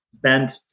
bent